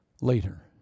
later